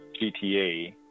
GTA